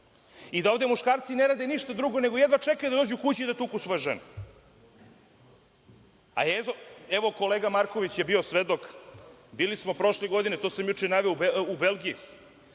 i da ovde muškarci ne rade ništa drugo nego jedva čekaju da dođu kući i da tuku svoje žene. Evo, kolega Marković je bio svedok, bili smo prošle godine, to sam juče naveo, u Belgiji.